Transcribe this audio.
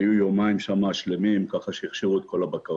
היו שם יומיים שלמים, ככה שהכשירו את כל הבקרים.